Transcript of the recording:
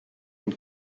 une